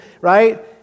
right